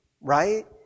right